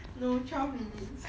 no twelve minutes